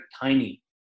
tiny